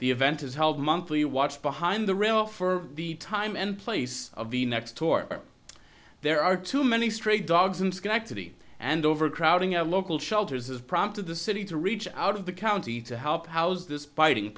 the event is held monthly watch behind the rail for the time and place of the next tour there are too many stray dogs in schenectady and overcrowding of local shelters has prompted the city to reach out of the county to help house this biting